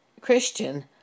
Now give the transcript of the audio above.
Christian